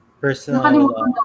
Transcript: personal